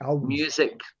music